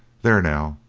there, now,